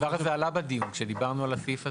זה עלה בדיון כשדיברנו על הסעיף הזה.